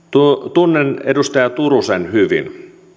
tunnen edustaja turusen hyvin